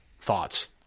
thoughts